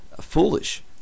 foolish